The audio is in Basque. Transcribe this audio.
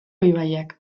ibaiak